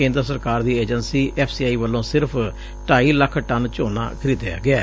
ਕੇਂਦਰ ਸਰਕਾਰ ਦੀ ਏਜੰਸੀ ਐਫ਼ ਸੀ ਆਈ ਵੱਲੋਂ ਸਿਰਫ਼ ਢਾਈ ਲੱਖ ਟਨ ਝੋਨਾ ਖਰੀਦਿਆ ਗਿਐ